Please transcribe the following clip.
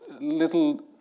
little